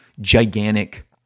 gigantic